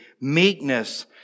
meekness